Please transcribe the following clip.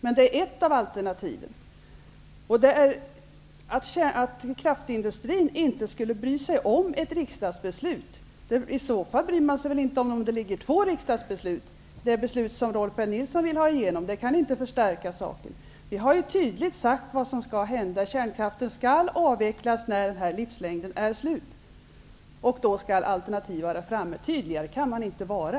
Men det är ett av alternativen. Om kraftindustrin inte skulle bry sig om ett riksdagsbeslut, bryr den sig väl inte heller om att det har fattats två riksdagsbeslut? Det beslut som Rolf L Nilson vill att riksdagen skall fatta kan inte förstärka detta. Vi har tydligt sagt vad som skall hända. Kärnkraften skall avvecklas när dess livslängd har uppnåtts. Då skall alternativ vara framtagna. Tydligare kan man inte vara.